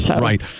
Right